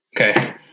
Okay